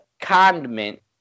condiment